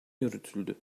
yürütüldü